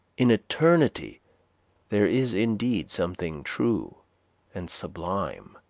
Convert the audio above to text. in eternity there is indeed something true and sublime.